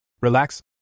Relax